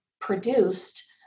produced